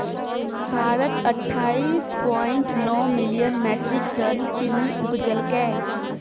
भारत अट्ठाइस पॉइंट नो million metric ton चीन्नी उपजेलकै